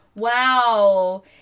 wow